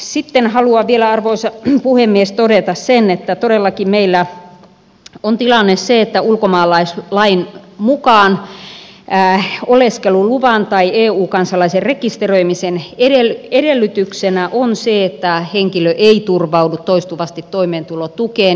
sitten haluan vielä arvoisa puhemies todeta sen että todellakin meillä on tilanne se että ulkomaalaislain mukaan oleskeluluvan tai eu kansalaisen rekisteröimisen edellytyksenä on se että henkilö ei turvaudu toistuvasti toimeentulotukeen